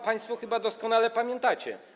Państwo chyba doskonale pamiętacie.